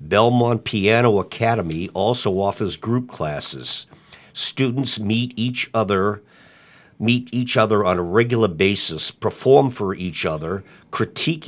belmont piano academy also offers group classes students meet each other meet each other on a regular basis perform for each other critique